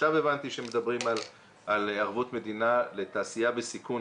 עכשיו הבנתי שמדברים על ערבות מדינה לתעשייה בסיכון,